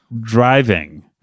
driving